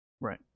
Right